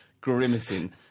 grimacing